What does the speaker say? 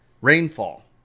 rainfall